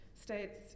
states